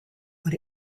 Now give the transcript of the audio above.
what